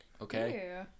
Okay